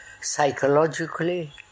psychologically